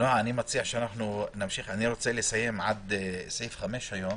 אני רוצה לסיים עד סעיף 5 היום.